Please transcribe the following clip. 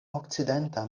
okcidenta